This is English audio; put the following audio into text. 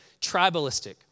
tribalistic